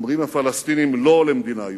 אומרים הפלסטינים "לא" למדינה יהודית.